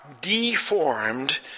deformed